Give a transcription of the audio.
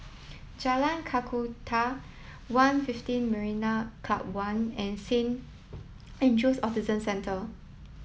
Jalan Kakatua One Fifteen Marina Club One and Saint Andrew's Autism Centre